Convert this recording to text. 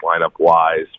lineup-wise